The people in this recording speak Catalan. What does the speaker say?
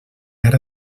ara